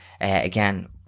again